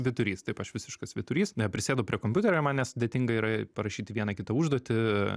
vyturys taip aš visiškas vyturys na prisėdu prie kompiuterio man nesudėtinga yra parašyti vieną kitą užduotį